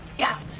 yeah?